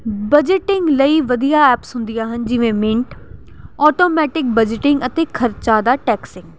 budgeting ਲਈ ਵਧੀਆ apps ਹੁੰਦੀਆਂ ਹਨ ਜਿਵੇਂ ਮਿੰਟ ਆਟੋਮੈਟਿਕ ਬਜਟਿੰਗ ਅਤੇ ਖਰਚਾ ਦਾ ਟੈਕਸਿੰਗ